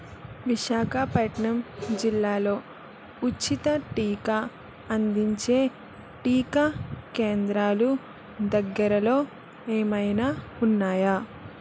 విశాఖపట్నం జిల్లాలో ఉచిత టీకా అందించే టీకా కేంద్రాలు దగ్గరలో ఏమైనా ఉన్నాయా